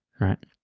right